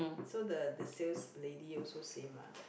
so the the sales lady also say mah